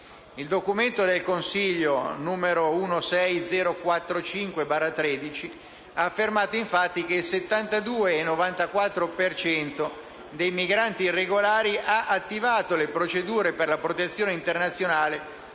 Il documento del Consiglio n. 16045/13 ha affermato, infatti, che il 72,94 per cento dei migranti irregolari ha attivato le procedure per la protezione internazionale